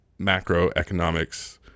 Macroeconomics